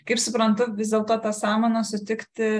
kaip suprantu vis dėlto tas samanas sutikti